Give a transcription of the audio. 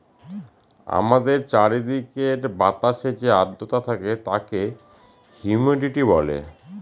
আমাদের চারিদিকের বাতাসে যে আদ্রতা থাকে তাকে হিউমিডিটি বলে